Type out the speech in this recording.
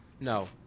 no